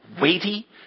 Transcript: weighty